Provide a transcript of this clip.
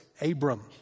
Abram